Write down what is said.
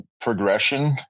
progression